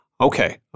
Okay